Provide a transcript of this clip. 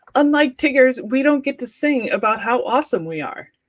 unlike tiggers, we don't get to sing about how awesome we are.